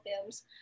films